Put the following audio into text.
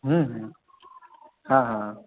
हूँ हूँ हँ हँ